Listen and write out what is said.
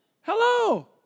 Hello